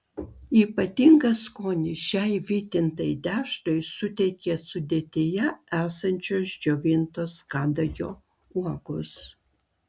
ypatingą skonį šiai vytintai dešrai suteikia sudėtyje esančios džiovintos kadagio uogos